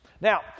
Now